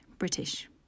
British